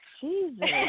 Jesus